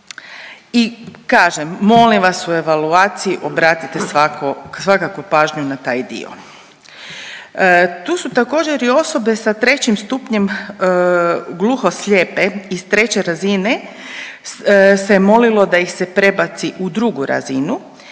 I kažem, molim vas u evaluaciji obratite svako, svakako pažnju na taj dio. Tu su također i osobe sa 3. stupnjem, gluho slijepe iz 3. razine se molilo da ih se prebaci u 2. razinu.